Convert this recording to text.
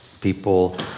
people